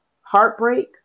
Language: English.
heartbreak